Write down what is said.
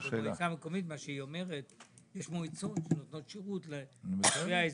מה שהיא אומרת זה שיש מועצות שנותנות שירות לתושבי האזור,